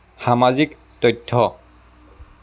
সামাজিক তথ্য